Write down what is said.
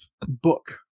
book